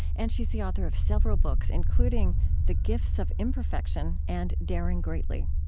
and she's the author of several books, including the gifts of imperfection and daring greatly.